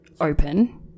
open